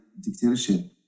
dictatorship